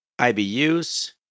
IBUs